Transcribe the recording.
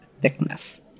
thickness